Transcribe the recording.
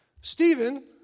Stephen